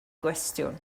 gwestiwn